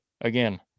again